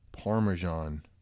parmesan